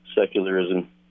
secularism